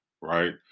right